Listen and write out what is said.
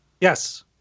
Yes